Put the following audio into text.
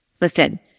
Listen